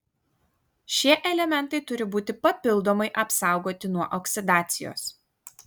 šie elementai turi būti papildomai apsaugoti nuo oksidacijos